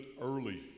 early